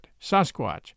Sasquatch